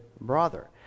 brother